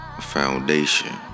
foundation